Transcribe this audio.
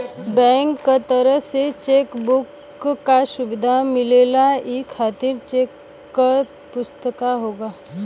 bank क तरफ से चेक बुक क सुविधा मिलेला ई खाली चेक क पुस्तिका होला